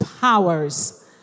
powers